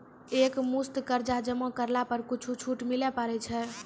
एक मुस्त कर्जा जमा करला पर कुछ छुट मिले पारे छै?